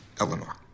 Eleanor